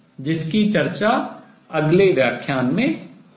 जिसकी चर्चा अगले व्याख्यान में होगी